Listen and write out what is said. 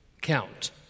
count